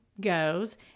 goes